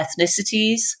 ethnicities